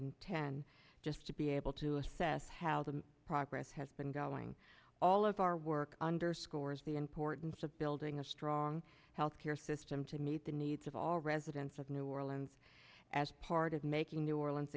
and ten just to be able to assess how the progress has been going all of our work underscores the importance of building a strong health care system to meet the needs of all residents of new orleans as part of making new orleans